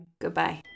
goodbye